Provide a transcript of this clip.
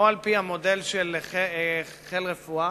או על-פי המודל של חיל רפואה,